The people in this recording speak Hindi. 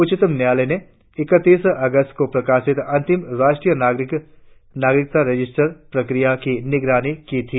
उच्चतम न्यायालय ने इकतीस अगस्त को प्रकाशित अंतिम राष्ट्रीय नागरिकता रजिस्टर प्रक्रिया की निगरानी की थी